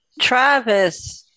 Travis